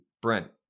Brent